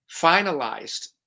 finalized